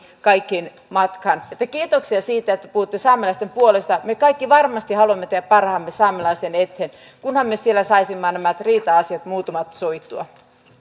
kaikkiin lakeihin matkaan kiitoksia siitä että puhutte saamelaisten puolesta me kaikki varmasti haluamme tehdä parhaamme saamelaisten eteen kunhan me siellä saisimme nämä muutamat riita asiat sovittua